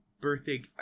birthday